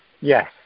Yes